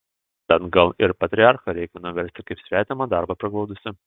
tad gal ir patriarchą reikia nuversti kaip svetimą darbą priglaudusį